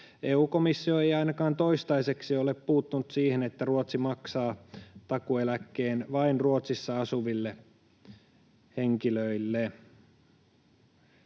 EU-komissio ei ainakaan toistaiseksi ole puuttunut siihen, että Ruotsi maksaa takuueläkkeen vain Ruotsissa asuville henkilöille.